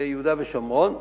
ביהודה ושומרון,